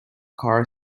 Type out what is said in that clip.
car